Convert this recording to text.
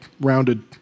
rounded